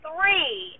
three